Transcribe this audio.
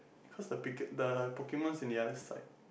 cause the Pika~ the Pokemons on the other side